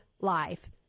life